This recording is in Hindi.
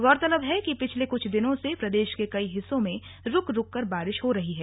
गौरतलब है कि पिछले कुछ दिनों से प्रदेश के कई हिस्सों में रूक रूककर बारिश हो रही है